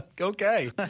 okay